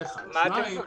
זה דבר אחד.